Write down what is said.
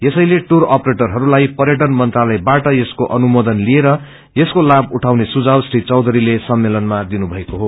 यसैले टुर अपरेटरहरूलाई पर्यटन मंत्रालयबाट यसको अनुमोदन लिएर यसको लाभ उठाउने सुझाव श्री चौधरीले सम्मेलनमा दिनुभएको हो